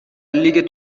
لیگ